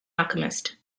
alchemist